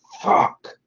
fuck